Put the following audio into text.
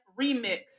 remix